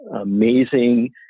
amazing